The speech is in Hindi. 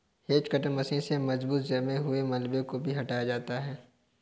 हेज कटर मशीन से मजबूत जमे हुए मलबे को भी हटाया जाता है